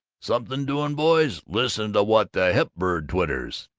something doing, boys. listen to what the hep bird twitters.